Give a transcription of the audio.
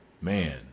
Man